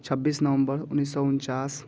छब्बीस नवम्बर उन्नीस सौ उनचास